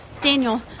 Daniel